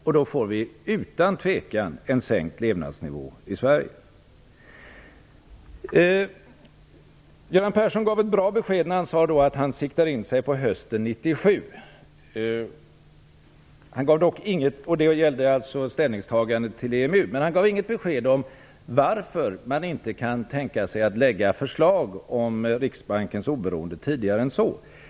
Utan tvekan får vi då en sänkt levnadsnivå i Göran Persson gav ett bra besked när han sade att han siktar in sig på hösten 1997 när det gäller ställningstagandet till EMU. Men han gav inget besked om varför man inte kan tänka sig att lägga fram förslag om Riksbankens oberoende tidigare än så.